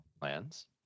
plans